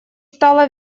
стало